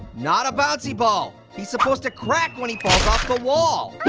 not a bouncy ball. he's supposed to crack when he falls off the wall.